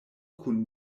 kun